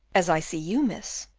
as i see you, miss.